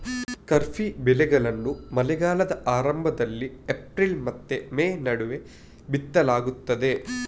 ಖಾರಿಫ್ ಬೆಳೆಗಳನ್ನು ಮಳೆಗಾಲದ ಆರಂಭದಲ್ಲಿ ಏಪ್ರಿಲ್ ಮತ್ತು ಮೇ ನಡುವೆ ಬಿತ್ತಲಾಗ್ತದೆ